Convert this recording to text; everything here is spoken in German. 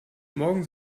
morgen